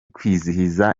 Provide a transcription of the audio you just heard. kwizihiza